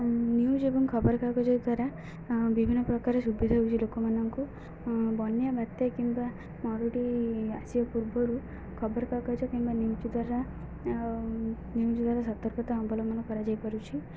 news ଏବଂ ଖବରକାଗଜ ଦ୍ୱାରା ବିଭିନ୍ନ ପ୍ରକାର ସୁବିଧା ହେଉଛି ଲୋକମାନଙ୍କୁ ବନ୍ୟା ବାତ୍ୟା କିମ୍ବା ମରୁଡ଼ି ଆସିବା ପୂର୍ବରୁ ଖବରକାଗଜ କିମ୍ବା ନ୍ୟୁଜ ଦ୍ୱାରା ନ୍ୟୁଜ୍ ଦ୍ୱାରା ସତର୍କତା ଅବଲମ୍ବନ କରାଯାଇପାରୁଛି